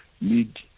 need